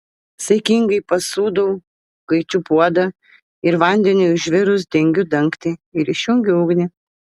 saikingai pasūdau kaičiu puodą ir vandeniui užvirus dengiu dangtį ir išjungiu ugnį